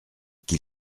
qu’il